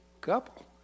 couple